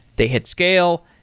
they had scale,